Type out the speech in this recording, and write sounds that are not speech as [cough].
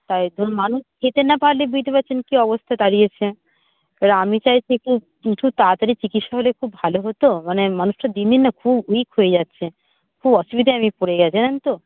তাই [unintelligible] মানুষ খেতে না পারলে বুঝতে পারছেন কী অবস্থা দাঁড়িয়েছে এবার আমি চাইছি একটু [unintelligible] তাড়াতাড়ি চিকিৎসা হলে খুব ভালো হতো মানে মানুষটা দিন দিন না খুব উইক হয়ে যাচ্ছে খুব অসুবিধায় আমি পড়ে [unintelligible] জানেন তো